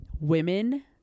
women